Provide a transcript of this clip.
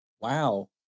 Wow